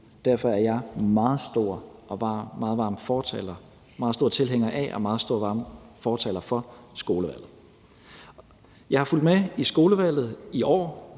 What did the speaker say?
Derfor er jeg meget stor tilhænger af og en varm fortaler for skolevalget. Jeg har fulgt med i skolevalget i år.